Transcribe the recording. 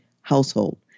household